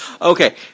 Okay